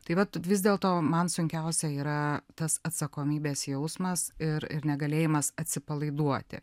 tai vat vis dėlto man sunkiausia yra tas atsakomybės jausmas ir ir negalėjimas atsipalaiduoti